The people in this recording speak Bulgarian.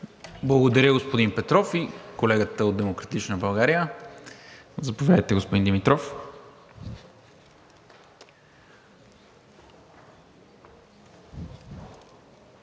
Благодаря, господин Петров. И колегата от „Демократична България“. Заповядайте, господин Димитров.